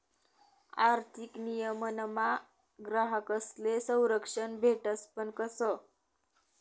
आर्थिक नियमनमा ग्राहकस्ले संरक्षण भेटस पण कशं